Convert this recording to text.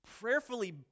prayerfully